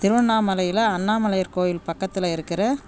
திருவண்ணாமலையில் அண்ணாமலையார் கோயில் பக்கத்தில் இருக்கிற